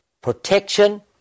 protection